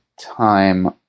time